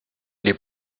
les